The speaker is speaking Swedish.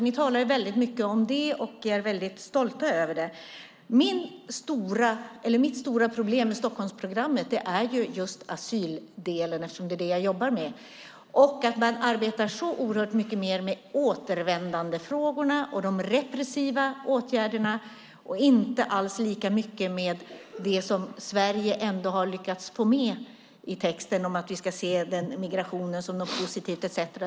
Ni talar väldigt mycket om det och är väldigt stolta över det. Mitt stora problem med Stockholmsprogrammet är just asyldelen, eftersom det är det jag jobbar med, och att man arbetar så oerhört mycket mer med återvändandefrågorna och de repressiva åtgärderna och inte alls lika mycket med det som Sverige ändå har lyckats få med i texten om att vi ska se migrationen som något positivt etcetera.